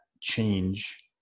change